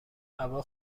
هوا